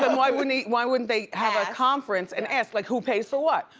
and why wouldn't he, why wouldn't they have a conference and ask like who pays for what?